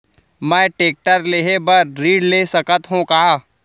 मैं टेकटर लेहे बर ऋण ले सकत हो का?